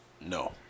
No